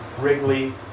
Wrigley